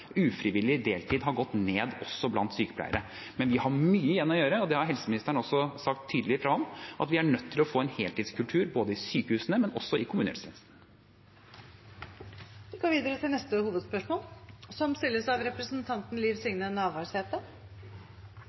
ufrivillig deltid har gått ned, også blant sykepleiere. Men vi har mye igjen å gjøre, det har helseministeren også sagt tydelig fra om, og vi er nødt til å få en heltidskultur både i sykehusene og i kommunehelsetjenesten. Vi går videre til neste hovedspørsmål. Mitt spørsmål går til forsvarsministeren. At denne regjeringa ikkje er nemneverdig oppteken av